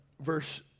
verse